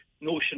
notion